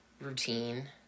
routine